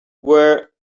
where